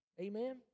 Amen